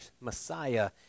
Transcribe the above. Messiah